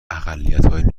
اقلیتهای